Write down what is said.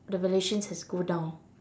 the valuation has go down